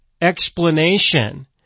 explanation